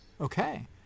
Okay